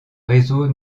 réseau